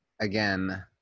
again